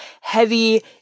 heavy